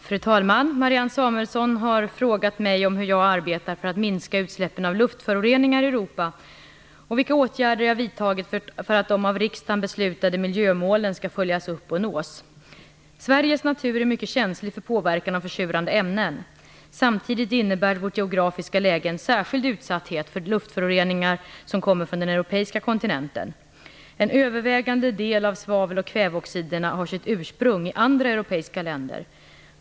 Fru talman! Marianne Samuelsson har frågat mig om hur jag arbetar för att minska utsläppen av luftföroreningar i Europa och vilka åtgärder jag vidtagit för att de av riksdagen beslutade miljömålen skall följas upp och nås. Sveriges natur är mycket känslig för påverkan av försurande ämnen. Samtidigt innebär vårt geografiska läge en särskild utsatthet för luftföroreningar som kommer från den europeiska kontinenten. En övervägande del av svavel och kväveoxiderna har sitt ursprung i andra europeiska länder.